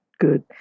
Good